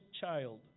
child